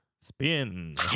Spin